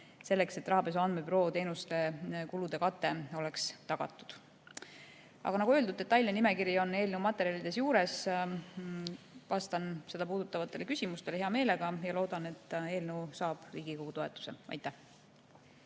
selleks et rahapesu andmebüroo teenuste kulude kate oleks tagatud. Aga nagu öeldud, detailne nimekiri on eelnõu materjalide juures. Vastan seda puudutavatele küsimustele hea meelega ja loodan, et eelnõu saab Riigikogu toetuse. Aitäh!